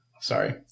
sorry